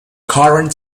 current